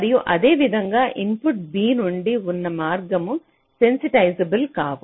మరియు అదేవిధంగా input b నుండి ఉన్న మార్గము సెన్సిటైజబల్ కావు